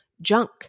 junk